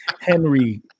Henry